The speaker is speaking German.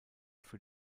für